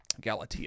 Galatia